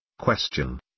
Question